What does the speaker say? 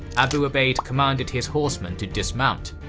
abu ubayd commanded his horsemen to dismount.